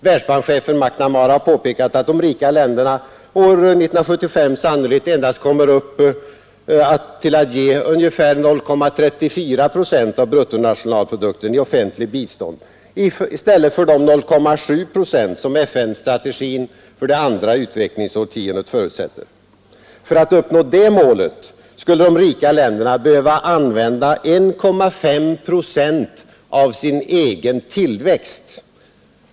Världsbankschefen McNamara har påpekat att de rika länderna år 1975 sannolikt endast kommer upp till ungefär 0,34 procent av bruttonationalprodukten i offentligt bistånd i stället för de 0,7 procent som FN-strategin för det andra utvecklingsårtiondet förutsätter. För att uppnå det målet skulle de rika länderna behöva använda 1,5 procent av sin egen tillväxt.